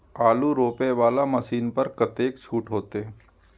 आलू रोपे वाला मशीन पर कतेक छूट होते?